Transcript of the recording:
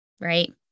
Right